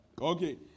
Okay